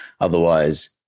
Otherwise